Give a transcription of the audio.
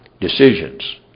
Decisions